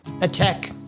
attack